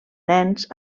nens